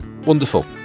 Wonderful